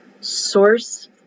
Source